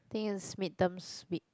think it's midterms week